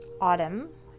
autumn